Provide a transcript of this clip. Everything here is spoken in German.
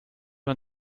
man